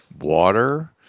water